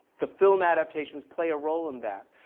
the film adaptations play a role in that,